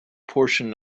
portion